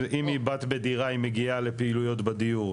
אם היא בת בדירה היא מגיעה לפעילויות בדיור,